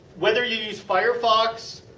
whether you use firefox,